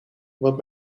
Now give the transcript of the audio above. want